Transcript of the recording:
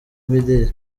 imideri